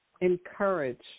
encourage